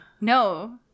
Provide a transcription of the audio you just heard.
No